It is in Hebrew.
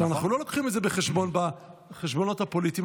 אנחנו לא לוקחים את זה בחשבון בחשבונות הפוליטיים,